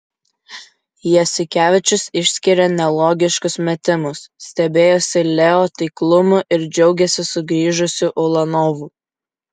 jasikevičius išskyrė nelogiškus metimus stebėjosi leo taiklumu ir džiaugėsi sugrįžusiu ulanovu